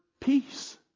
peace